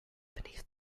beneath